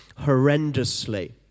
horrendously